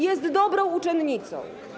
Jest dobrą uczennicą.